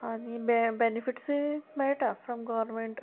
आनी बे बेनिफिट्सूय मेळटा फ्रोम गोवर्नमेंट